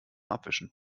abwischen